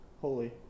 Holy